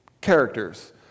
characters